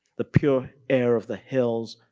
the pure air of the hills,